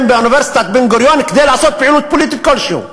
באוניברסיטת בן-גוריון כדי לעשות פעילות פוליטית כלשהי.